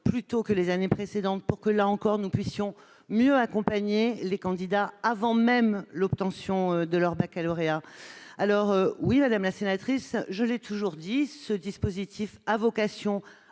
plus tôt que les années précédentes, pour que, là encore, nous puissions mieux accompagner les candidats avant même l'obtention de leur baccalauréat. Alors oui, madame la sénatrice, je l'ai toujours dit : ce dispositif a vocation